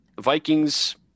vikings